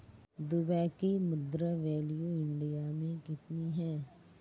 Dubai की मुद्रा value India मे कितनी है?